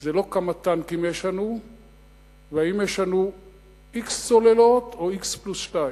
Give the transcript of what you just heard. זה לא כמה טנקים יש לנו ואם יש לנו x סוללות או x פלוס שתיים.